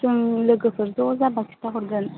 जों लोगोफोर ज' जाबा खिन्थाहरगोन